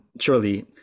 surely